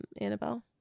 Annabelle